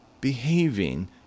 behaving